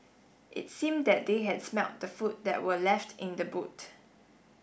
it seemed that they had smelt the food that were left in the boot